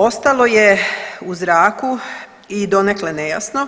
Ostalo je u zraku i donekle nejasno